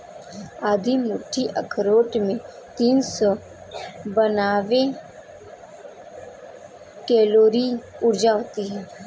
आधी मुट्ठी अखरोट में तीन सौ बानवे कैलोरी ऊर्जा होती हैं